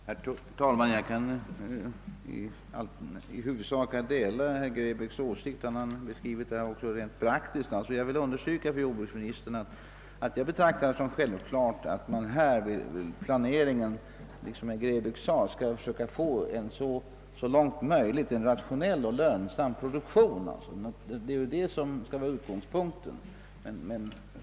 Herr talman! Jag delar i huvudsak herr Grebäcks åsikter, som han även belyste med praktiska exempel. Jag vill understryka för jordbruksministern att jag betraktar det som självklart att man, som herr Grebäck sade, vid planeringen försöker få en så rationell och lönsam produktion som möjligt; det är själva utgångspunkten.